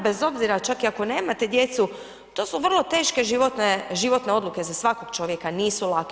Bez obzira čak i ako nemate djecu, to su vrlo teške životne odluke, za svakog čovjeka, nisu lake.